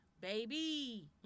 baby